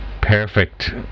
perfect